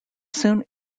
soon